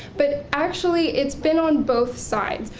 but actually it's been on both sides.